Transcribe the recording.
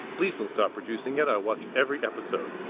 please don't stop producing it i watch every episode.